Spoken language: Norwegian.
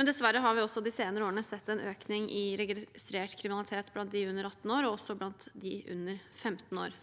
men dessverre har vi også de senere årene sett en økning i registrert kriminalitet blant dem under 18 år, og også blant dem under 15 år.